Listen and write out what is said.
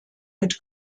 mit